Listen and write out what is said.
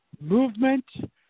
Movement